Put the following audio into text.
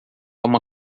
uma